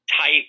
type